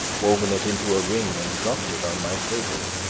woven it into a ring, and dropped it on my table.